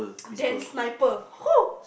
then sniper !ho!